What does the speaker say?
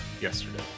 yesterday